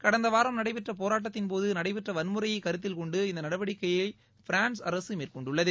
கடந்த வாரம் நடைபெற்ற போராட்டத்தின்போது நடைபெற்ற வன்முறையை கருத்தில் கொண்டு இந்த நடவடிக்கைகளை பிரான்ஸ் அரசு மேற்கொண்டுள்ளது